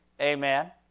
Amen